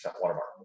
watermark